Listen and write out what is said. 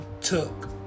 took